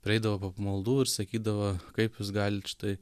prieidavo po pamaldų ir sakydavo kaip jūs galit štai